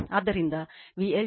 ಆದ್ದರಿಂದ VL√ 3 ಕೋನ 90o Zy